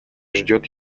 ждет